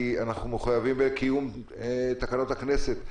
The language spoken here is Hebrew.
כי אנחנו מחויבים לקיים את תקנות הכנסת.